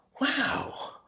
wow